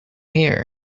here